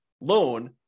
loan